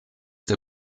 der